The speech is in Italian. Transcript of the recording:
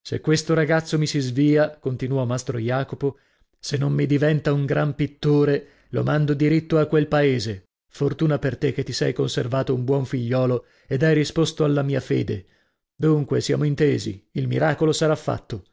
se questo ragazzo mi si svia continuò mastro jacopo se non mi diventa un gran pittore lo mando diritto a quel paese fortuna per te che ti sei conservato un buon figliuolo ed hai risposto alla mia fede dunque siamo intesi il miracolo sarà fatto